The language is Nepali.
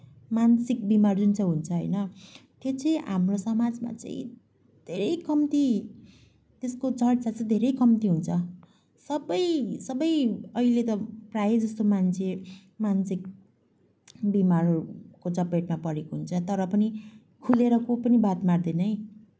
मानसिक बिमार जुन चाहिँ हुन्छ होइन त्यो चाहिँ हाम्रो समाजमा चाहिँ धेरै कम्ती त्यसको चर्चा चाहिँ धेरै कम्ती हुन्छ सबै सबै अहिले त प्रायःजसो मान्छे मानसिक बिमारहरूको चपेटमा परेको हुन्छ तर पनि खुलेर कोही पनि बात मार्दैन है